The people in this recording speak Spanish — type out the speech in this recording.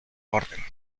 orden